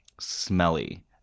smelly